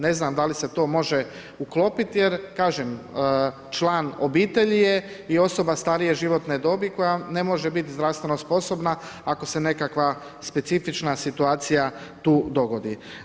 Ne znam da li se to može uklopiti jer kažem, član obitelji je i osoba starije životne dobi koja ne može biti zdravstveno sposobna ako se nekakva specifična situacija tu dogodi.